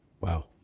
Wow